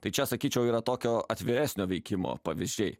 tai čia sakyčiau yra tokio atviresnio veikimo pavyzdžiai